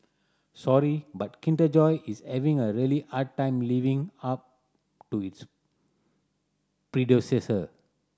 sorry but Kinder Joy is having a really hard time living up to its predecessor